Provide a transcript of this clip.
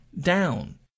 down